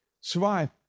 survive